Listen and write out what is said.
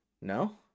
No